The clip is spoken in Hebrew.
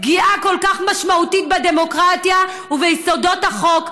פגיעה כל כך משמעותית בדמוקרטיה וביסודות החוק.